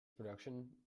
production